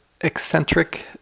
eccentric